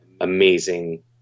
amazing